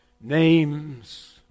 names